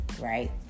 right